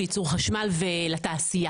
לייצור חשמל ולתעשייה.